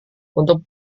untuk